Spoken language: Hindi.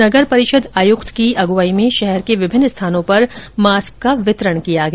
नगर परिषद आयुक्त की अगुवाई में शहर के विभिन्न स्थानों पर मास्क का वितरण किया गया